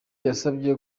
yasabye